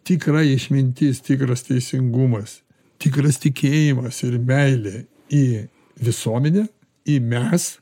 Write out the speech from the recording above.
tikra išmintis tikras teisingumas tikras tikėjimas ir meilė į visuomenę į mes